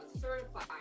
certified